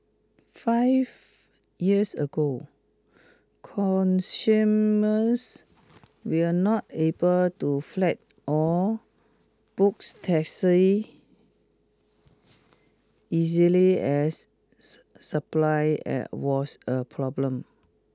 five years ago will not able to flat or books taxi easily as supply was a problem